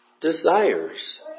desires